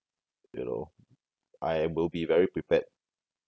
ya lor I will be very prepared